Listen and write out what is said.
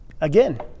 Again